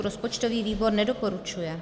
Rozpočtový výbor nedoporučuje.